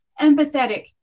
empathetic